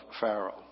Pharaoh